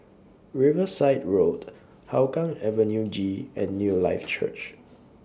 Riverside Road Hougang Avenue G and Newlife Church